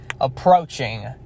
Approaching